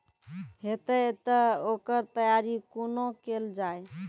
हेतै तअ ओकर तैयारी कुना केल जाय?